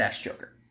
Joker